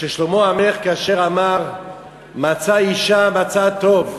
ששלמה המלך, כאשר אמר "מצא אשה מצא טוב",